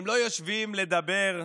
הם לא יושבים לדבר,